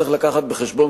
צריך להביא בחשבון,